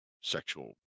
sexual